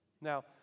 Now